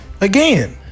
Again